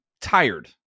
tired